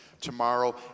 tomorrow